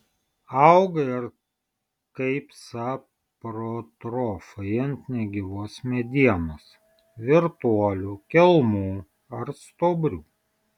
auga ir kaip saprotrofai ant negyvos medienos virtuolių kelmų ar stuobrių